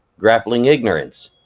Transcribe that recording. grapplingignorance,